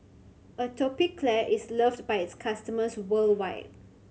atopiclair is loved by its customers worldwide